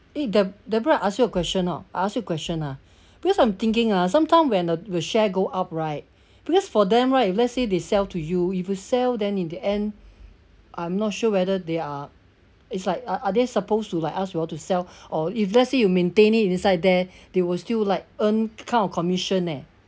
eh de~ deborah ask you a question lor ask you a question lah because I'm thinking ah sometime when the share go up right because for them right if let's say they sell to you if you sell then in the end I'm not sure whether they are it's like are are they supposed to like ask you all to sell or if let's say you maintain it inside there they will still like earn kind of commission leh